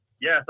Yes